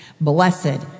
Blessed